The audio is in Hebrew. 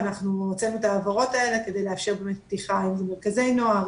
אנחנו הוצאנו את ההבהרות האלה כדי לאפשר פתיחה אם זה מרכזי נוער,